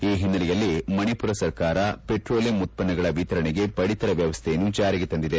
ಈ ಹಿನ್ನೆಲೆಯಲ್ಲಿ ಮಣಿಪುರ ಸರ್ಕಾರ ಪೆಟ್ರೋಲಿಯಂ ಉತ್ಪನ್ನಗಳ ವಿತರಣೆಗೆ ಪಡಿತರ ವ್ಯವಸ್ವೆಯನ್ನು ಜಾರಿಗೆ ತಂದಿದೆ